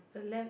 the left